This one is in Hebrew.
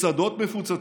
מסעדות מפוצצות.